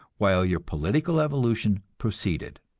while your political evolution proceeded.